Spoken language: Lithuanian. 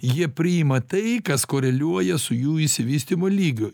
jie priima tai kas koreliuoja su jų išsivystymo lygiu